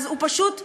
הוא פשוט טועה.